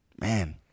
man